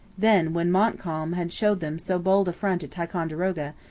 then, when montcalm had shown them so bold a front at ticonderoga,